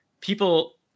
people